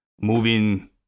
Moving